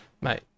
Mate